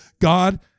God